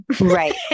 Right